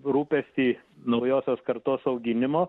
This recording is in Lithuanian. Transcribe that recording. rūpestį naujosios kartos auginimo